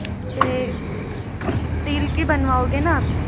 उस पे स्टील की बनवाओगे न आप